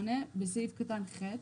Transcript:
בסעיף קטן (ח),